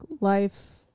life